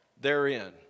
therein